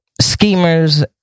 schemers